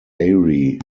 ari